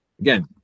again